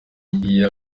iya